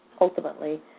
ultimately